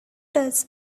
does